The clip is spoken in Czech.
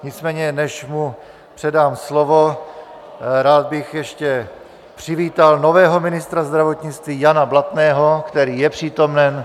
Nicméně než mu předám slovo, rád bych ještě přivítal nového ministra zdravotnictví Jana Blatného, který je přítomen.